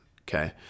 okay